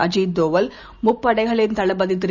Ajit Doval முப்படைகளின்தளபதிதிரு